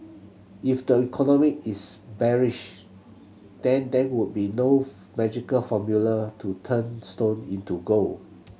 if the economy is bearish then there would be no magical formula to turn stone into gold